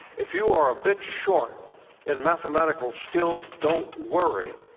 if you are a bit short in mathematical skills, don't worry.